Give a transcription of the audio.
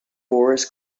boris